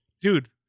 dude